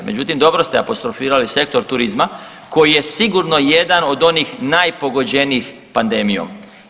Međutim, dobro ste apostrofirali sektor turizma koji je sigurno jedan od onih najpogođenijih pandemijom.